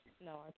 no